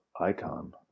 icon